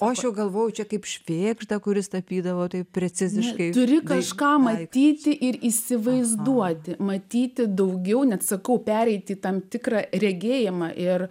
o aš jau galvojau čia kaip švėgždą kuris tapydavo taip preciziškai turi kažką matyti ir įsivaizduoti matyti daugiau neatsakau pereiti tam tikrą regėjimą ir